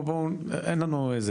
אין לנו זמן.